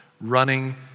Running